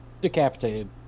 decapitated